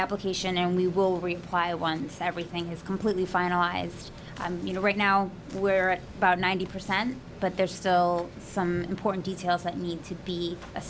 application and we will reply once everything is completely finalized and you know right now where at about ninety percent but there's still some important details that need to be